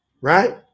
Right